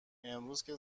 امروزکه